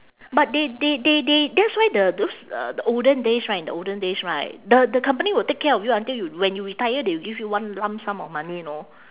but they they they they that's why the those uh the olden days right the olden days right the the company will take care of you until you when you retire they will give you one lump sum of money you know